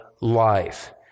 life